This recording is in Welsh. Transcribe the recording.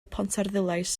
pontarddulais